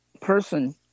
person